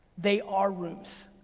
they are rooms.